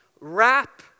wrap